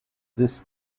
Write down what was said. this